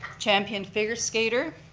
champion figure skater,